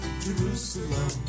Jerusalem